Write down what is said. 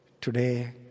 Today